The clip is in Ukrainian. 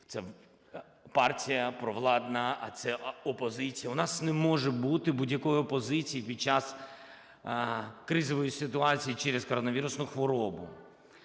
це партія провладна, а це - опозиція. У нас не може бути будь-якої опозиції під час кризової ситуації через коронавірусну хворобу.